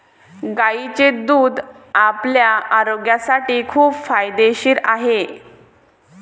गायीचे दूध आपल्या आरोग्यासाठी खूप फायदेशीर आहे